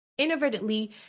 inadvertently